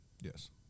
Yes